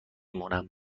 مونم